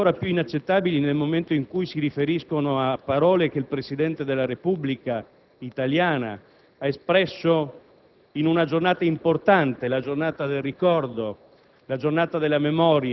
Ritengo siano ancora più inaccettabili nel momento in cui si riferiscono a parole che il Presidente della Repubblica italiana ha espresso in una giornata importante, il «Giorno del ricordo»,